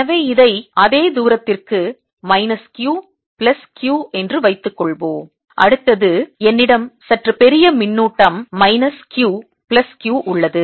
எனவே இதை அதே தூரத்திற்கு மைனஸ் q பிளஸ் q என்று வைத்துக்கொள்வோம் அடுத்தது என்னிடம் சற்று பெரிய மின்னூட்டம் மைனஸ் q பிளஸ் q உள்ளது